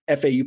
FAU